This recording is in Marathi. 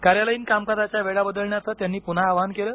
कार्यालयीन कामकाजाच्या वेळा बदलण्याचं त्यांनी पुन्हा आवाहन केलं